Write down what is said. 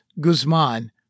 Guzman